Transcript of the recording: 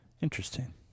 Interesting